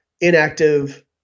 inactive